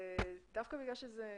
דווקא בגלל שזה כתוב,